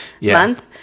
month